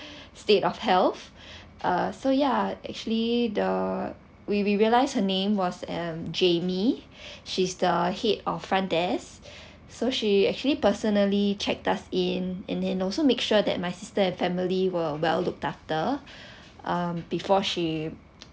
state of health uh so yeah actually the we we realise her name was um jamie she's the head of front desk so she actually personally checked us in and then also make sure that my sister and family were well looked after um before she